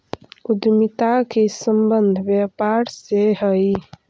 उद्यमिता के संबंध व्यापार से हई